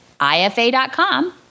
IFA.com